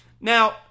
Now